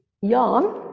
yarn